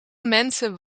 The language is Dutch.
mensen